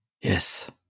Yes